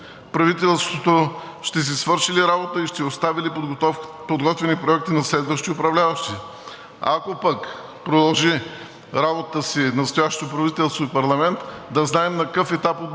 правителството ще си свърши ли работата и ще остави ли подготвени проекти на следващи управляващи? Ако пък продължи работата си настоящото правителство и парламент, да знаем на какъв етап от